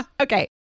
Okay